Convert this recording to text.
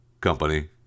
company